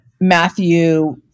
Matthew